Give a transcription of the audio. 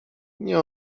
nie